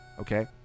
Okay